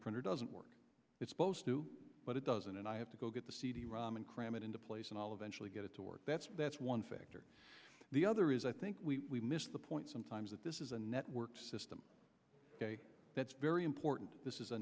printer doesn't work it's supposed to but it doesn't and i have to go get the cd rom and cram it into place and i'll eventually get it to work that's that's one factor the other is i think we missed the point sometimes that this is a networked system that's very important this is a